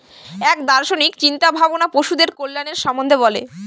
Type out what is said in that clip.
এক দার্শনিক চিন্তা ভাবনা পশুদের কল্যাণের সম্বন্ধে বলে